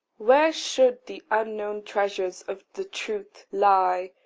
where should the unknown treasures of the truth lie,